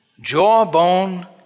Jawbone